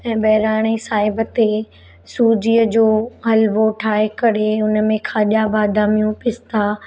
ऐं बहिराणे साहिब ते सूजीअ जो हलवो ठाहे करे हुनमें खाॼा बादामियूं पिस्ता